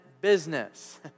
business